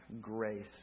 grace